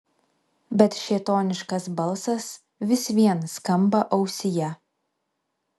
bet šėtoniškas balsas vis vien skamba ausyje